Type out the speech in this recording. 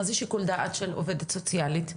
מה זה שיקול דעת של עובדת סוציאלית?